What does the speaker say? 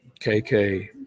KK